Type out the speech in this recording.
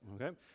Okay